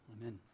Amen